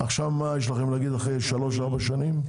עכשיו מה יש לכם לומר אחרי 3, 4 שנים?